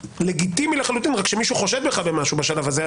לגיטימי לחלוטין אלא שמישהו חושד בך במשהו בשלב הזה,